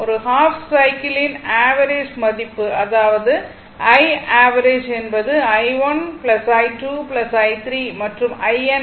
ஒரு half cycle ன் average மதிப்பு அதாவது I ஆவெரேஜ் என்பது i1 I2 i3 மற்றும் in வரை